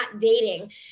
dating